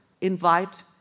invite